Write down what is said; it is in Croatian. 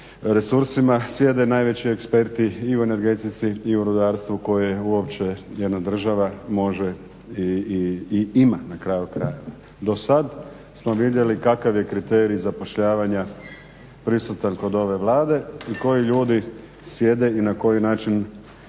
resursima sjede najveći eksperti i u energetici i u rudarstvu koje uopće jedna država može i ima na kraju krajeva. Dosad smo vidjeli kakav je kriterij zapošljavanja prisutan kod ove Vlade i koji ljudi sjede i na koji način